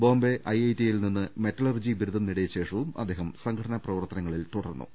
ബോംബെ ഐടിയിൽ നിന്ന് മെറ്റലർജി ബിരുദം നേടിയ ശേഷവും അദ്ദേഹം സംഘടനാ പ്രവർത്തനങ്ങളിൽ തുടർന്നു